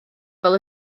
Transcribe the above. fel